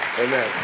Amen